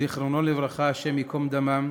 זיכרונו לברכה, השם ייקום דמם,